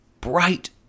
bright